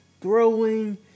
throwing